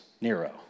Nero